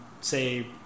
say